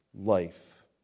life